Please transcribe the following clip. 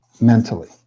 mentally